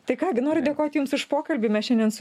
tai ką gi noriu dėkoti jums už pokalbį mes šiandien su